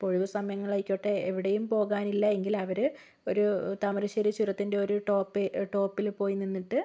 ഇപ്പോൾ ഒഴിവു സമയങ്ങളായിക്കോട്ടെ എവിടെയും പോകാനില്ല എങ്കിൽ അവര് ഒരു താമരശ്ശേരി ചുരത്തിൻ്റെ ഒരു ടോപ്പ് ടോപ്പില് പോയി നിന്നിട്ട്